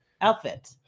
outfit